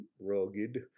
rugged